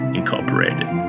Incorporated